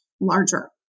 larger